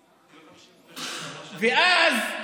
אז, יעני,